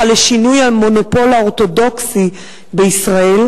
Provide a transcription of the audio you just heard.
לשינוי המונופול האורתודוקסי בישראל,